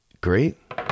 great